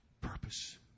purpose